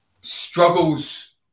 struggles